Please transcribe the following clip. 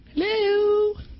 Hello